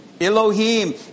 Elohim